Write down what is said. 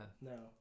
No